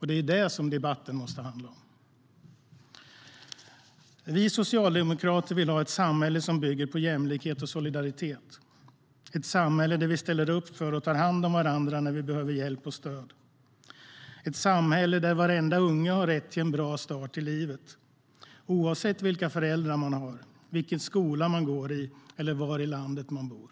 Det är det som debatten måste handla om. Vi socialdemokrater vill ha ett samhälle som bygger på jämlikhet och solidaritet. Det är ett samhälle där vi ställer upp för och tar hand om varandra när vi behöver hjälp och stöd. Det är ett samhälle där varenda unge har rätt till en bra start i livet, oavsett vilka föräldrar man har, vilken skola man går i eller var i landet man bor.